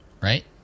right